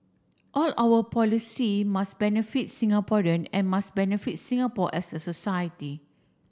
all our policy must benefit Singaporean and must benefit Singapore as a society